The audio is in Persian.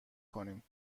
کنیم